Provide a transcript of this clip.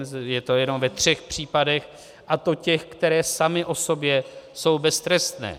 Je to jenom ve třech případech, a to těch, které samy o sobě jsou beztrestné.